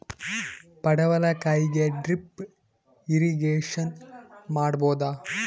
ಪಡವಲಕಾಯಿಗೆ drip irrigation ಮಾಡಬೋದ?